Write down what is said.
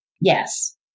Yes